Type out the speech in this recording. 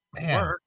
man